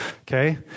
okay